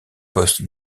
postes